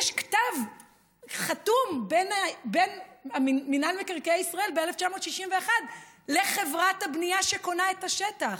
יש כתב חתום בין מינהל מקרקעי ישראל ב-1961 לחברת הבנייה שקונה את השטח.